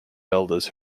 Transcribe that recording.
elders